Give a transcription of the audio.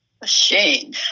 machine